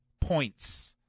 points